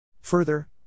Further